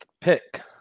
pick